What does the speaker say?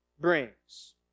brings